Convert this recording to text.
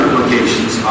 locations